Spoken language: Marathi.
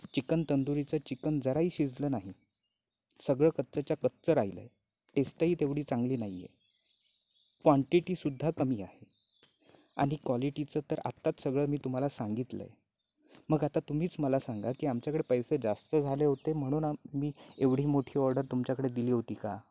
चिकन तंदुरीचं चिकन जराही शिजलं नाही सगळं कच्चंच्या कच्चं राहिलं आहे टेस्टही तेवढी चांगली नाही आहे क्वांटिटीसुद्धा कमी आहे आणि क्वालिटीचं तर आत्ताच सगळं मी तुम्हाला सांगितलं आहे मग आता तुम्हीच मला सांगा की आमच्याकडे पैसे जास्त झाले होते म्हणून आ मी एवढी मोठी ऑर्डर तुमच्याकडे दिली होती का